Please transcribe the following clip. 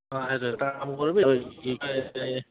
অঁ এটা কাম কৰিবি